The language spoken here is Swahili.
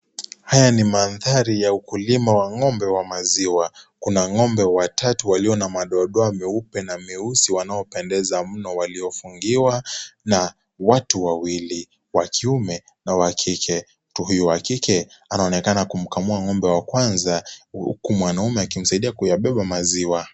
Haya ni mandhari ya ukulima wa ng'ombe wa maziwa. Kuna ng'ombe watatu walio na madoadoa meupe na meusi wanaopendeza mno. Waliofungiwa na watu wawili wa kiume na wa kike. Mtu huyu wa kike, anaonekana kumkamua ng'ombe wa kwanza huku, mwanaume akimsaidia kuyabeba maziwa.